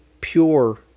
pure